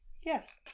Yes